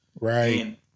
Right